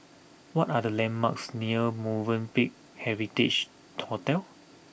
what are the landmarks near Movenpick Heritage Hotel